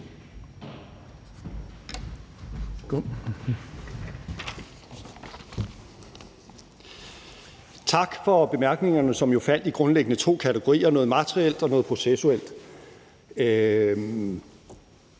Tak for bemærkningerne, som jo faldt i grundlæggende to kategorier: noget materielt og noget processuelt.